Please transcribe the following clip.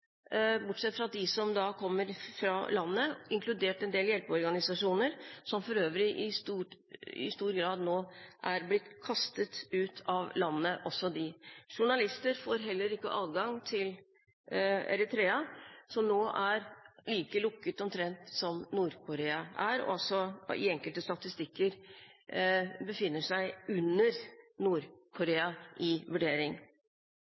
bortsett fra fra dem som kommer fra landet, inkludert en del hjelpeorganisasjoner, som for øvrig i stor grad nå er blitt kastet ut av landet – også de. Journalister får heller ikke adgang til Eritrea, som nå er omtrent like lukket som Nord-Korea er, og som i enkelte statistikker befinner seg under